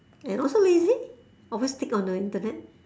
and also lazy always stick on the internet